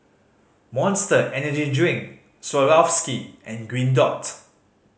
Monster Energy Drink Swarovski and Green Dot